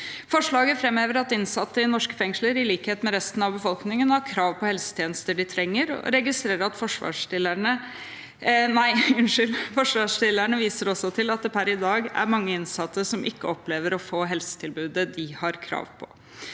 Forslaget framhever at innsatte i norske fengsler, i likhet med resten av befolkningen, har krav på helsetjenester de trenger. Jeg registrerer også at forslagsstillerne viser til at det per i dag er mange innsatte som ikke opplever å få helsetilbudet de har krav på.